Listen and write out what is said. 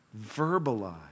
verbalize